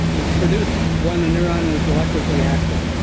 it's produced when the neuron is electrically active.